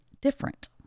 different